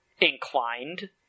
inclined